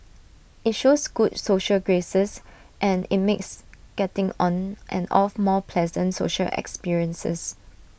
IT shows good social graces and IT makes getting on and off more pleasant social experiences